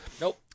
nope